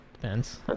depends